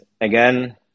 again